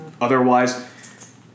Otherwise